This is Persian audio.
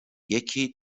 یکی